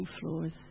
floors